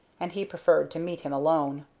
and he preferred to meet him alone.